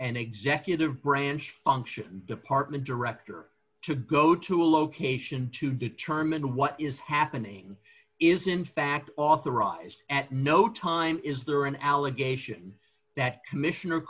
an executive branch function department director to go to a location to determine what is happening is in fact authorized at no time is there an allegation that commissioner